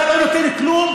אתה לא נותן כלום.